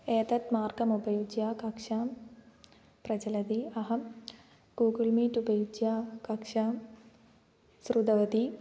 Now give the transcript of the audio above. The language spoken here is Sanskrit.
एतत् मार्गमुपयुज्य कक्षां प्रचलति अहं गूगुल् मीट् उपयुज्य कक्षां श्रुतवती